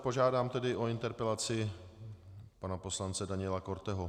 Požádám tedy o interpelaci pana poslance Daniela Korteho.